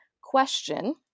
question